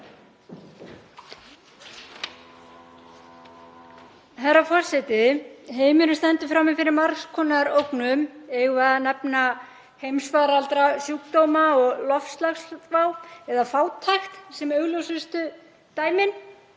Herra forseti. Heimurinn stendur frammi fyrir margs konar ógnum. Eigum við að nefna heimsfaraldra sjúkdóma og loftslagsvá eða fátækt sem augljósustu dæmin?